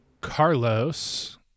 Carlos